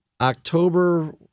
October –